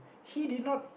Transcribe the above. he did not